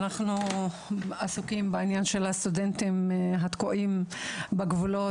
אנחנו עסוקים בעניין של הסטודנטים התקועים בגבולות,